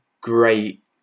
great